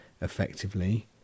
effectively